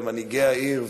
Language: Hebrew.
ומנהיגי העיר,